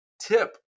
tip